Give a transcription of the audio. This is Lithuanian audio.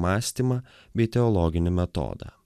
mąstymą bei teologinį metodą